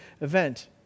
event